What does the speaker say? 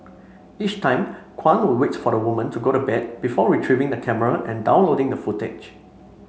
each time Kwan would wait for the woman to go to bed before retrieving the camera and downloading the footage